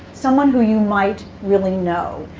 someone who you might really know.